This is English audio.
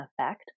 Effect